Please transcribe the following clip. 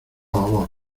babor